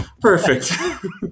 Perfect